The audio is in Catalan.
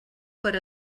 per